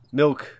milk